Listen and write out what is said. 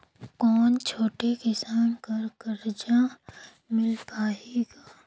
कौन छोटे किसान बर कर्जा मिल पाही ग?